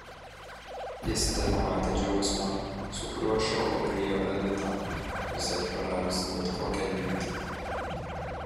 jis tepamatė džiaugsmą su kuriuo šoko prie jo edita visai praradusi bet kokią viltį